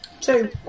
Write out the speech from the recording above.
Two